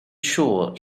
siŵr